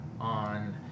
on